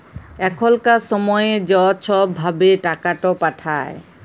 এখলকার ছময়ে য ছব ভাবে টাকাট পাঠায়